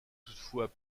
toutefois